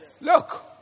Look